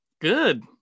Good